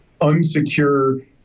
unsecure